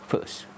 First